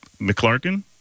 McClarkin